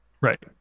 Right